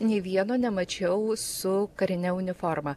nė vieno nemačiau su karine uniforma